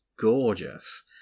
gorgeous